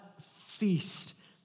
feast